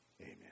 Amen